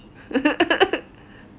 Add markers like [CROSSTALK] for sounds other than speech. [LAUGHS]